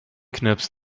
knirps